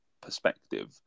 perspective